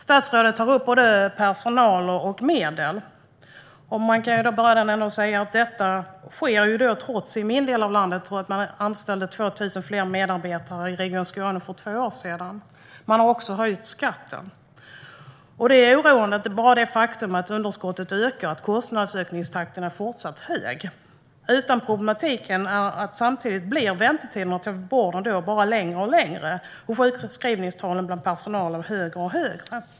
Statsrådet tar upp både personal och medel. Jag kan börja med att säga att detta sker trots att man i min del av landet anställde 2 000 fler medarbetare i Region Skåne för två år sedan. Man har också höjt skatten. Bara det faktum att underskottet ökar och att kostnadsökningstakten är fortsatt hög är oroande, oavsett problematiken att väntetiderna i vården samtidigt bara blir längre och längre och sjukskrivningstalen bland personalen högre och högre.